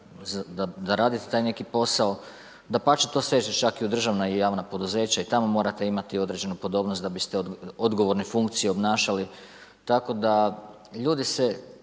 da radite taj neki posao. Dapače …/Govornik se ne razumije./… državna i javna poduzeća i tamo morate imate određenu podobnost, da biste od odgovorne funkcije obnašali, tako da ljudi se